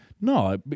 No